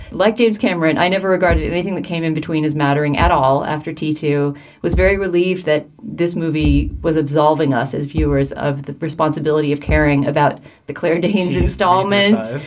like james cameron i never regarded anything that came in between as mattering at all after t two was very relieved that this movie was absolving us as viewers of the responsibility of caring about the claire danes installment.